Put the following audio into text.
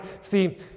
See